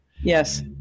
Yes